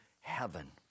heaven